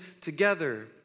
together